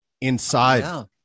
inside